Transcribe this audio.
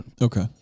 Okay